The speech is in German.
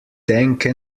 denke